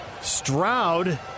Stroud